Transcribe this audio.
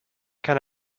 can